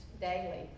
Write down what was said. daily